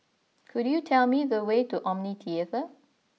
could you tell me the way to Omni Theatre